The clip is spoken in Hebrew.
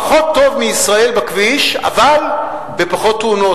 פחות טוב מבישראל אבל יש פחות תאונות.